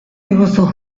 diguzu